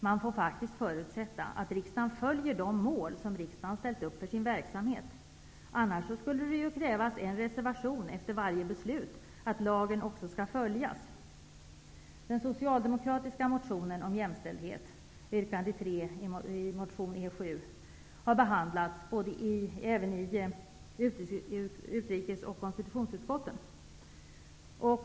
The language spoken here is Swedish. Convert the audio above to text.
Man får faktiskt förutsätta att riksdagen följer de mål som riksdagen har ställt upp för sin verksamhet -- annars skulle det krävas en reservation efter varje beslut om att lagen också skall följas. Den socialdemokratiska motionen E7 om jämställdhet, yrkande 3, har behandlats även i konstitutions och utrikesutskotten.